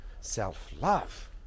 Self-love